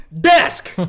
desk